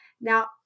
Now